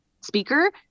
speaker